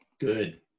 Good